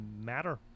matter